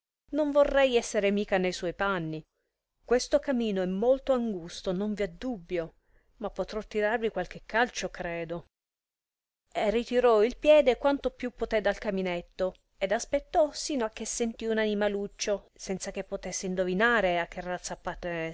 non vorrei esser mica ne suoi panni questo camino è molto angusto non v'è dubbio ma potrò tirarvi qualche calcio credo e ritirò il piede quanto più potè dal caminetto ed aspettò sino a che sentì un animaluccio senza che